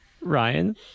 Ryan